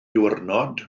diwrnod